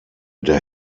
der